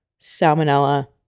salmonella